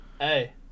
hey